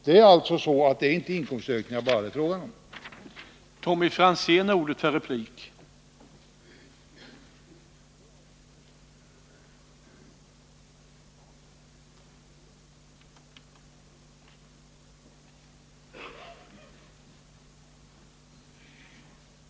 Det är alltså inte bara fråga om inkomstökningar för dem som har högstmarginalskatterna.